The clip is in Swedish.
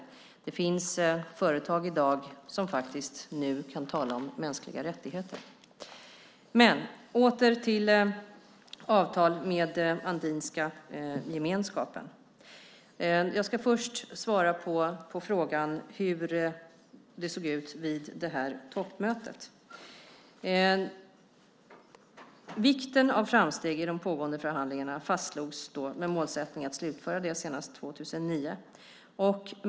I dag finns det företag som kan tala om mänskliga rättigheter. Låt mig återgå till avtalet med Andinska gemenskapen. Jag ska först svara på frågan om hur det såg ut vid toppmötet. Vikten av framsteg i de pågående förhandlingarna fastslogs med målsättning att slutföra dem 2009.